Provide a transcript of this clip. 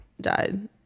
died